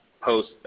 post